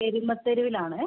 എരുമത്തെരുവിലാണേ